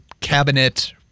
cabinet